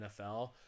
NFL